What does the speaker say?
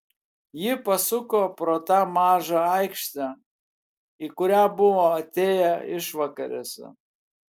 ji pasuko pro tą mažą aikštę į kurią buvo atėję išvakarėse